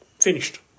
Finished